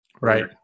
Right